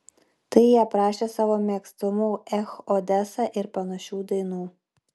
tai jie prašė savo mėgstamų ech odesa ir panašių dainų